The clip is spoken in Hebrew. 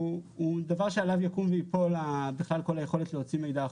הוא דבר שעליו תקום ותיפול כל היכולת להוציא מידע החוצה.